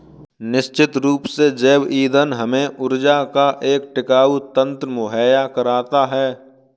निश्चित रूप से जैव ईंधन हमें ऊर्जा का एक टिकाऊ तंत्र मुहैया कराता है